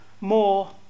more